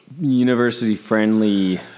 university-friendly